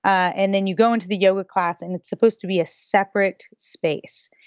and then you go into the yoga class and it's supposed to be a separate space.